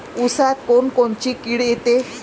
ऊसात कोनकोनची किड येते?